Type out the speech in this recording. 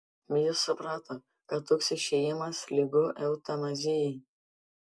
jis suprato kad toks išėjimas lygu eutanazijai